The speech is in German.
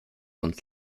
und